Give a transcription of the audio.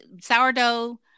sourdough